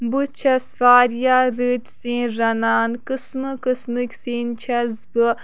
بہٕ چھَس واریاہ رٕتۍ سِنۍ رَنان قٕسمہٕ قٕسمٕکۍ سِنۍ چھَس بہٕ